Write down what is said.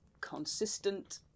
consistent